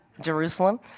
Jerusalem